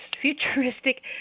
futuristic